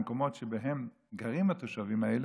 למקומות שבהם גרים התושבים האלה,